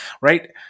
right